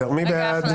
מי נגד?